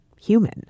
human